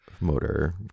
motor